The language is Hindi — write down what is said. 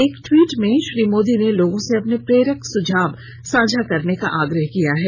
एक ट्वीट में श्री मोदी ने लोगों से अपने प्रेरक सुझाव साझा करने का आग्रह किया है